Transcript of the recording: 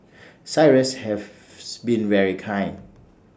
cyrus have been very kind